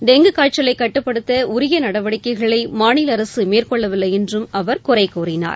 dengue காய்ச்சலை கட்டுப்படுத்த உரிய நடவடிக்கைகளை மாநில அரசு மேற்கொள்ளவில்லை என்றும் அவர் குறைகூறினார்